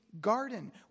garden